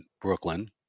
Brooklyn